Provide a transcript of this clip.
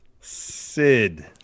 Sid